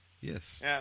Yes